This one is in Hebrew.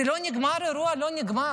זה לא נגמר, האירוע לא נגמר.